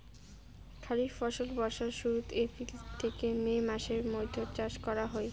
খরিফ ফসল বর্ষার শুরুত, এপ্রিল থেকে মে মাসের মৈধ্যত চাষ করা হই